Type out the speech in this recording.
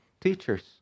teachers